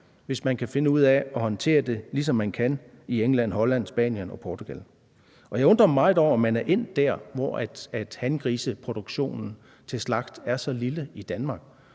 hvis man kan finde ud af at håndtere det, ligesom de kan i England, Holland, Spanien og Portugal. Og jeg undrer mig meget over, at man er endt der, hvor hangriseproduktionen til slagtning er så lille i Danmark,